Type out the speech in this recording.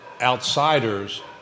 outsiders